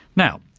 now,